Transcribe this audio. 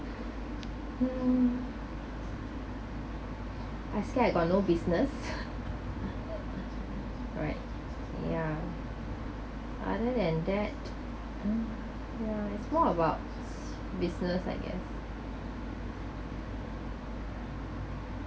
mm I say I got no business alright ya other than that mm ya it more about business I guess